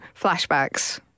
flashbacks